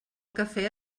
café